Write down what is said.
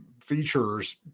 features